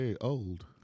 old